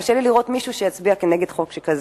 קשה לי לראות מישהו שיצביע כנגד חוק שכזה.